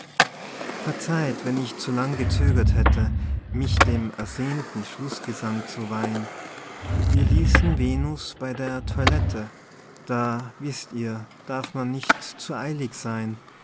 verzeiht wenn ich zu lang gezögert hätte mich dem ersehnten schlußgesang zu weihn wir ließen venus bei der toilette da wißt ihr darf man nicht zu eilig sein